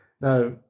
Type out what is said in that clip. Now